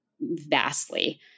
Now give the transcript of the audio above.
vastly